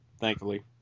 Thankfully